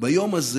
ביום הזה